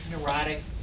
Neurotic